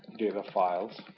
data files.